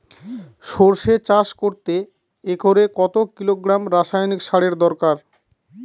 সরষে চাষ করতে একরে কত কিলোগ্রাম রাসায়নি সারের দরকার?